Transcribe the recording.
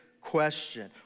question